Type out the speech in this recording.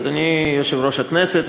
אדוני יושב-ראש הכנסת,